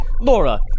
Laura